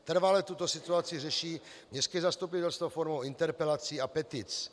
Trvale tuto situaci řeší městské zastupitelstvo formou interpelací a petic.